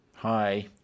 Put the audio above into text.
Hi